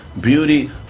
beauty